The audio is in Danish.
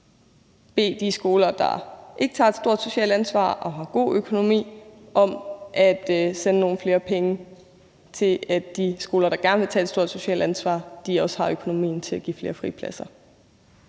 bede de skoler, der ikke tager et stort socialt ansvar og har god økonomi, om at sende nogle flere penge og bidrage til, at de skoler, der gerne vil tage et stort socialt ansvar, også har økonomien til at give flere fripladser.